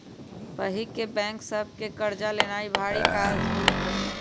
पहिके बैंक सभ से कर्जा लेनाइ भारी काज होइत रहइ